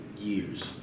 Years